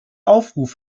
aufruf